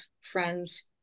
friends